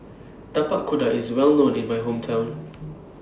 Tapak Kuda IS Well known in My Hometown